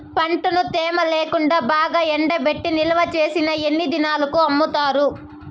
పంటను తేమ లేకుండా బాగా ఎండబెట్టి నిల్వచేసిన ఎన్ని దినాలకు అమ్ముతారు?